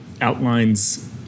outlines